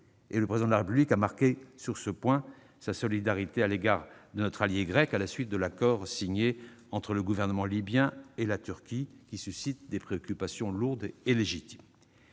le Président de la République a marqué sur ce point sa solidarité à l'égard de notre allié grec, à la suite de la signature de l'accord entre le gouvernement libyen et la Turquie, qui suscite des préoccupations fortes et légitimes.